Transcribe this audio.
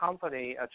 company